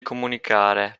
comunicare